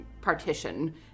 partition